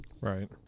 Right